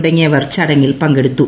തുടങ്ങിയവർ ചടങ്ങിൽ പങ്കെടുത്തു